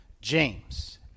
James